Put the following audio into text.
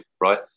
right